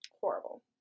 Horrible